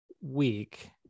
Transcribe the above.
week